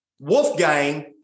Wolfgang